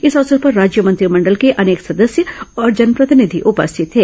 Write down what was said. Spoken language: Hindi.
इस अवसर पर राज्य मंत्रिमंडल के अनेक सदस्य और जनप्रतिनिधि उपस्थित थे